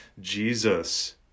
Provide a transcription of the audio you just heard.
Jesus